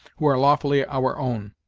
who are lawfully our own.